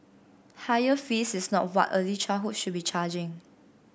higher fees is not what early childhood should be charging